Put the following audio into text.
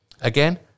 Again